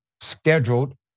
scheduled